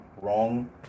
wrong